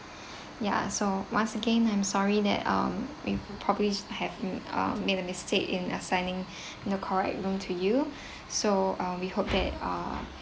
ya so once again I'm sorry that um we probably have uh made a mistake in assigning the correct room to you so uh we hope that uh